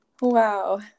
Wow